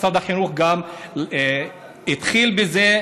משרד החינוך גם התחיל בזה,